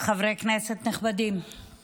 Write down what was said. חברי כנסת נכבדים,